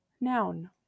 noun